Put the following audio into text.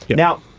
now,